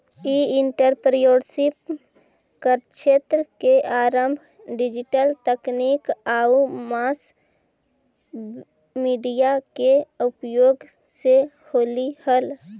ई entrepreneurship क्क्षेत्र के आरंभ डिजिटल तकनीक आउ मास मीडिया के उपयोग से होलइ हल